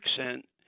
accent